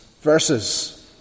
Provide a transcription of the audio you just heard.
verses